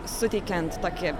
suteikiant tokį